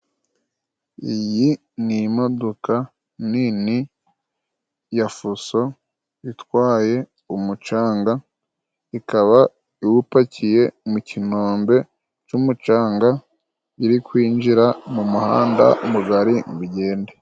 Iyi ni imodoka nini ya Fuso itwaye umucanga, ikaba iwupakiye mu kinombe cy'umucanga. Iri kwinjira mu muhanda mugari ngo igende.